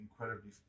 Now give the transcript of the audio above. incredibly